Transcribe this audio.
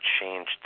changed